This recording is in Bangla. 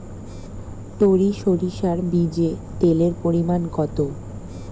টরি সরিষার বীজে তেলের পরিমাণ কত?